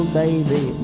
baby